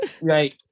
Right